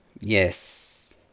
Yes